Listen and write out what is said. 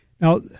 Now –